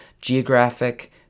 geographic